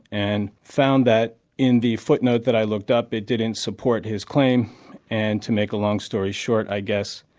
and found that in the footnote that i looked up it didn't support his claim and, to make a long story short i guess,